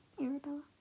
Arabella